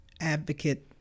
advocate